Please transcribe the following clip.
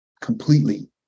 completely